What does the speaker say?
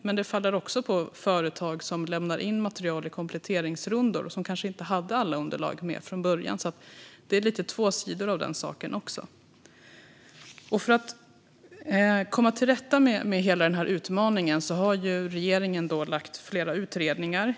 Men en del faller också på företag som lämnar in material i kompletteringsrundor och som kanske inte hade alla underlag med från början. Det finns två sidor av den saken också. För att komma till rätta med hela den här utmaningen har regeringen tillsatt flera utredningar.